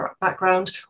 background